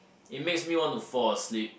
it makes me want to fall asleep